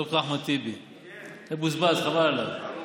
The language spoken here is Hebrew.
ד"ר אחמד טיבי, מבוזבז, חבל עליו.